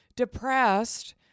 depressed